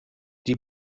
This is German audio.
die